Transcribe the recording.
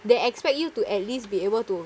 they expect you to at least be able to